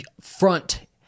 front